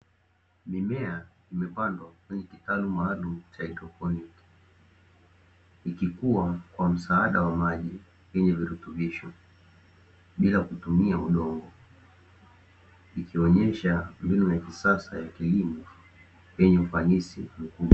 Mimea imepandwa kwenye kitalu maalumu cha haidroponi, ikikuwa kwa msaada wa maji yenye virutubisho bila kutumia udongo. Ikionesha mbinu ya kisasa ya kilimo yenye ufanisi mkubwa.